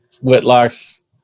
Whitlock's